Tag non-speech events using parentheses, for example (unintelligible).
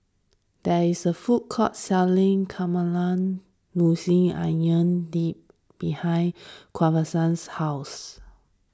there is a food court selling Caramelized (unintelligible) Onion Dip behind (unintelligible) house